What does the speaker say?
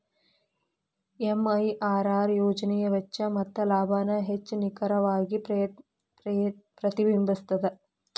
MIRR ಯೋಜನೆಯ ವೆಚ್ಚ ಮತ್ತ ಲಾಭಾನ ಹೆಚ್ಚ್ ನಿಖರವಾಗಿ ಪ್ರತಿಬಿಂಬಸ್ತ